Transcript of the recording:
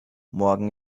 morgen